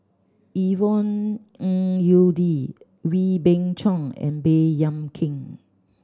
Yvonne Ng Uhde Wee Beng Chong and Baey Yam Keng